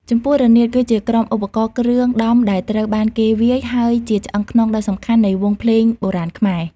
ចំពោះរនាត គឺជាក្រុមឧបករណ៍គ្រឿងដំដែលត្រូវបានគេវាយ ហើយជាឆ្អឹងខ្នងដ៏សំខាន់នៃវង់ភ្លេងបុរាណខ្មែរ។